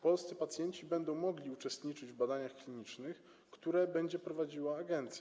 Polscy pacjenci będą mogli uczestniczyć w badaniach klinicznych, które będzie prowadziła agencja.